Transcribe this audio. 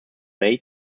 may